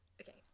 Okay